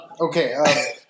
okay